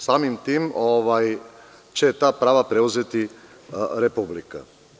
Samim tim će ta prava preuzeti Republika.